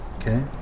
okay